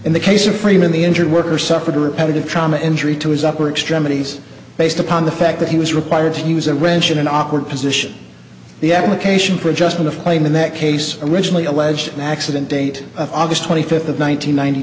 in the case of freeman the injured worker suffered a repetitive trauma injury to his upper extremities based upon the fact that he was required to use a wrench in an awkward position the application for just the claim in that case originally alleged accident date august twenty fifth of one nine